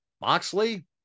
Moxley